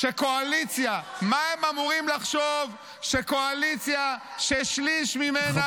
הם ישרתו שלוש שנים.